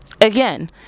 again